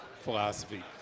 philosophy